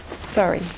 Sorry